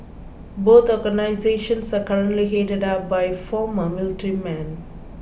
both organisations are currently headed up by former military men